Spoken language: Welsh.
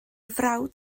frawd